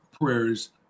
prayers